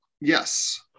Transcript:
Yes